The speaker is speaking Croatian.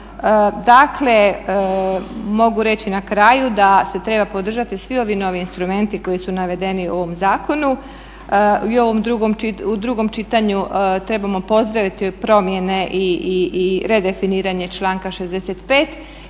Dakle mogu reći na kraju da se trebaju podržati svi ovi novi instrumenti koji su navedeni u ovom zakonu i u ovom drugom čitanju trebamo pozdraviti promjene i redefiniranje članka 65.